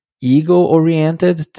ego-oriented